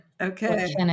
Okay